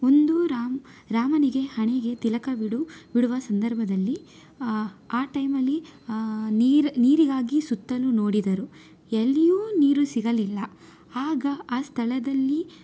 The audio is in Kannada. ಒಂದು ರಾಮ ರಾಮನಿಗೆ ಹಣೆಗೆ ತಿಲಕವಿಡು ಇಡುವ ಸಂದರ್ಭದಲ್ಲಿ ಆ ಟೈಮಲ್ಲಿ ನೀರು ನೀರಿಗಾಗಿ ಸುತ್ತಲೂ ನೋಡಿದರು ಎಲ್ಲಿಯೂ ನೀರು ಸಿಗಲಿಲ್ಲ ಆಗ ಆ ಸ್ಥಳದಲ್ಲಿ